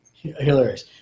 Hilarious